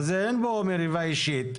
אבל אין פה מריבה אישית.